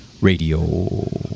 radio